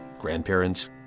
grandparents